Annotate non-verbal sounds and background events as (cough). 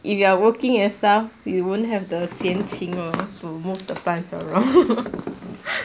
if you are working and stuff you won't have the 闲情 hor to move the plants around (laughs)